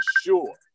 sure